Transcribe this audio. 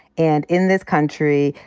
and in this country,